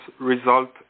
result